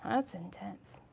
that's intense.